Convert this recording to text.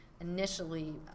initially